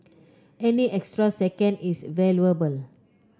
any extra second is valuable